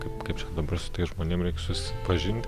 kaip kaip čia dabar su tais žmonėm reiks susipažint